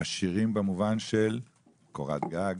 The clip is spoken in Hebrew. במובן של קורת גג.